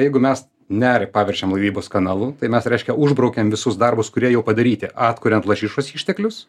jeigu mes nerį paverčiam laivybos kanalu tai mes reiškia užbraukiam visus darbus kurie jau padaryti atkuriant lašišos išteklius